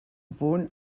punt